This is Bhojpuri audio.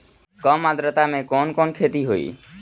कम आद्रता में कवन कवन खेती होई?